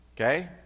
Okay